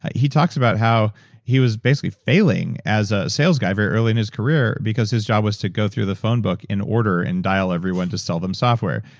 he talks about how he was basically failing as a sales guy very early in his career, because his job was to go through the phone book in order and dial every one, to sell them software.